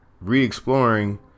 re-exploring